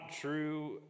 true